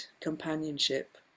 companionship